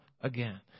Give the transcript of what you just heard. again